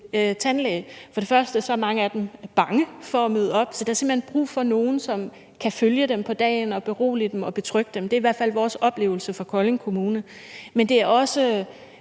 tandlæge. Mange af dem er bange for at møde op, så der er simpelt hen brug for nogle, som kan følge dem på dagen og berolige dem og betrygge dem. Det er i hvert fald vores oplevelse fra Kolding Kommune. Men det er også